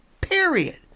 Period